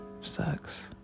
sucks